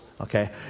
okay